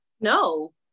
no